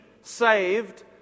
saved